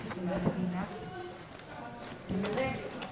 אני מתכבדת לפתוח את ישיבת ועדת העבודה,